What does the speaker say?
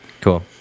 Cool